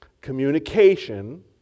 communication